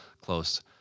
close